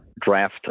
draft